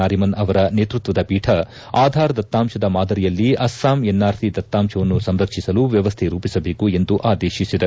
ನಾರಿಮನ್ ಅವರ ನೇತೃತ್ವದ ಪೀಠ ಆಧಾರ್ ದತ್ತಾಂಶದ ಮಾದರಿಯಲ್ಲಿ ಅಸ್ಲಾಂ ಎನ್ಆರ್ಸಿ ದತ್ತಾಂಶವನ್ನು ಸಂರಕ್ಷಿಸಲು ವ್ಯವಸ್ಥೆ ರೂಪಿಸಬೇಕು ಎಂದು ಆದೇಶಿಸಿದೆ